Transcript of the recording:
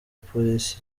polisi